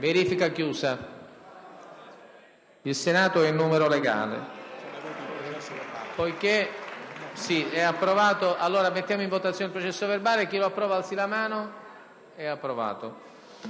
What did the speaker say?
verificare. Il Senato è in numero legale.